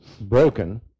broken